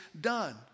done